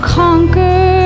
conquer